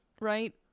right